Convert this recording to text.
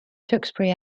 tewkesbury